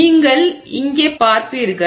நீங்கள் இங்கே பார்ப்பீர்கள்